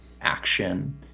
action